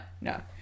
no